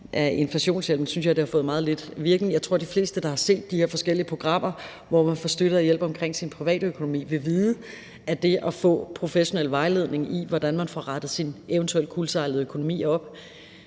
Jeg tror, de fleste, der har set de her forskellige programmer, hvor man får støtte og hjælp til sin privatøkonomi, vil vide, at det at få professionel vejledning i, hvordan man får rettet sin eventuelt kuldsejlede økonomi op,